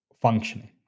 functioning